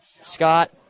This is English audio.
Scott